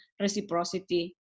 reciprocity